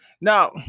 Now